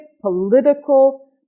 political